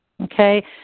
Okay